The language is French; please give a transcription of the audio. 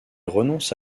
renonce